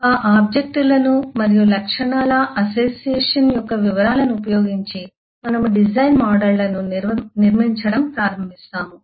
ఆ ఆబ్జెక్ట్ లను మరియు లక్షణాల అసోసియేషన్ యొక్క వివరాలను ఉపయోగించి మనము డిజైన్ మోడళ్లను నిర్మించడం ప్రారంభిస్తాము